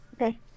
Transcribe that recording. Okay